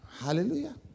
Hallelujah